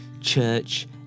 church